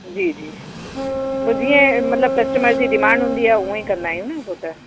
जी जी पोइ जीअं मतलबु कस्टमर जी डिमांड हूंदी आहे उअं ई कंदा आहियूं न उहो त